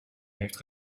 heeft